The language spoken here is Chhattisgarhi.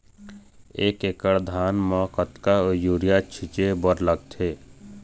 एक एकड़ धान म कतका यूरिया छींचे बर लगथे?